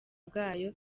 bwayo